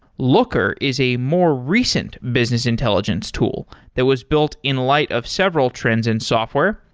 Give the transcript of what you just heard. looker is a more recent business intelligence tool that was built in light of several trends in software,